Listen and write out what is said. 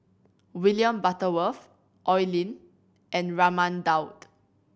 William Butterworth Oi Lin and Raman Daud